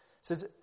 says